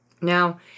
Now